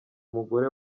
mugore